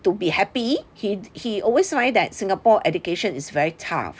to be happy he he always find that singapore education is very tough